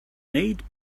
made